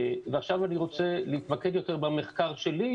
עכשיו אני רוצה להתמקד יותר במחקר שלי,